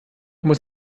muss